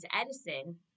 Edison